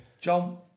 John